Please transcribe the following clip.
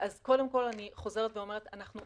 אני חוזרת ואומרת,